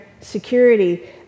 security